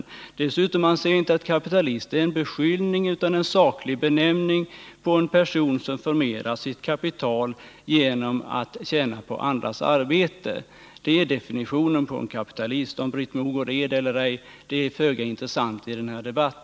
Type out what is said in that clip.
Jag anser dessutom att ordet kapitalist inte är en beskyllning utan en saklig benämning på en person som förmerar sitt kapital genom att tjäna på andras arbete. Det är definitionen på en kapitalist. Om Britt Mogård är en kapitalist eller ej är föga intressant i denna debatt.